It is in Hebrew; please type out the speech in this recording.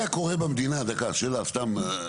מה היה קורה במדינה, דקה, שאלה, סתם.